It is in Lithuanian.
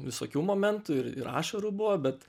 visokių momentų ir ir ašarų buvo bet